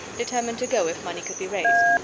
determined to go if money could be raised.